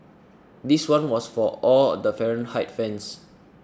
this one was for all the Fahrenheit fans